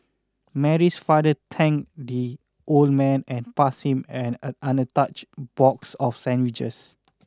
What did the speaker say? Mary's father thanked the old man and passed him an untouched box of sandwiches